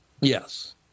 Yes